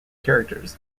characters